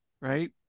right